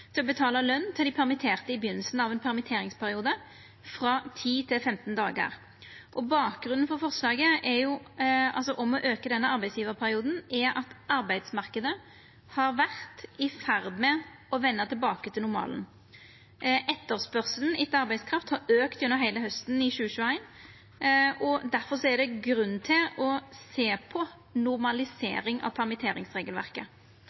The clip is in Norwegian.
til å betala løn til dei permitterte i byrjinga av ein permitteringsperiode, frå 10 til 15 dagar. Bakgrunnen for forslaget om å auka denne arbeidsgjevarperioden er at arbeidsmarknaden har vore i ferd med å venda tilbake til normalen. Etterspurnaden etter arbeidskraft har auka gjennom heile hausten i 2021. Difor er det grunn til å sjå på